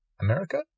America